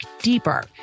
deeper